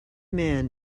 man